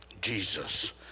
Jesus